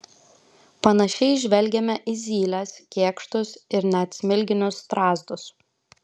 panašiai žvelgiame į zyles kėkštus ir net smilginius strazdus